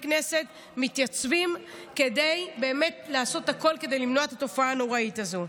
הכנסת מתייצבים כדי לעשות הכול כדי למנוע את התופעה הנוראית הזאת.